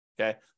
okay